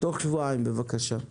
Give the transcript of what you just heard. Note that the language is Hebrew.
תוך שבועיים, בבקשה.